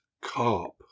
carp